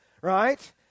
right